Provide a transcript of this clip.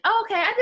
Okay